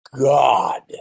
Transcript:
God